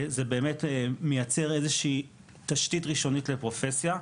זה באמת מייצר איזושהי תשתית ראשונית לפרופסיה,